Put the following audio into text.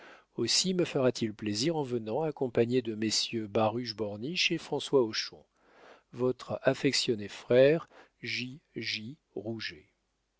aussi me fera-t-il plaisir en venant accompagné de messieurs baruch borniche et françois hochon votre affectionné frère